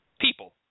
people